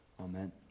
Amen